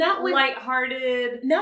lighthearted